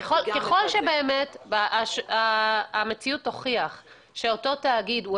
ככל שהמציאות תוכיח שאותו תאגיד הוא